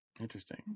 Interesting